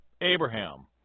Abraham